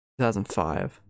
2005